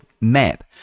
map